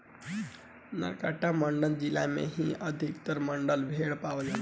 कर्नाटक के मांड्या जिला में ही अधिकतर मंड्या भेड़ पोसाले